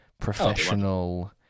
professional